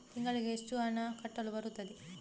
ತಿಂಗಳಿಗೆ ಎಷ್ಟು ಹಣ ಕಟ್ಟಲು ಬರುತ್ತದೆ?